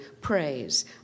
praise